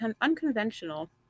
unconventional